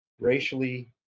racially